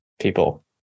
people